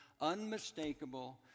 unmistakable